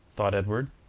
thought edward,